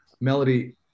Melody